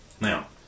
Now